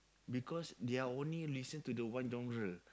because they're only listen to the one genre